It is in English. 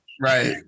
Right